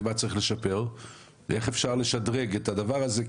מה צריך לשפר ואיך אפשר לשדרג את הדבר הזה.